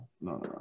no